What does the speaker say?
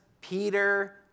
Peter